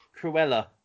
Cruella